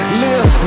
live